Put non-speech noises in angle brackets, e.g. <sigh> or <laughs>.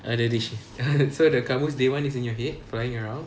ada dict~ <laughs> so the kamus dewan is in your head flying around